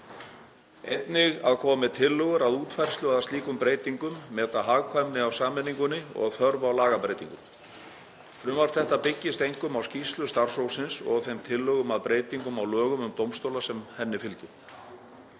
Einnig að koma með tillögur að útfærslu að slíkum breytingum, meta hagkvæmni af sameiningunni og þörf á lagabreytingum. Frumvarp þetta byggist einkum á skýrslu starfshópsins og þeim tillögum að breytingum á lögum um dómstóla sem henni fylgdu.